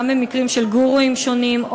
גם במקרים של גורואים שונים,